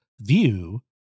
view